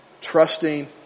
Trusting